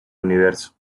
universo